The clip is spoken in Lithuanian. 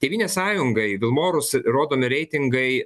tėvynės sąjungai vilmorus rodomi reitingai